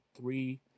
three